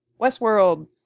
Westworld